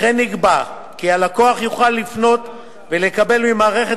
וכן נקבע שהלקוח יוכל לפנות ולקבל ממערכת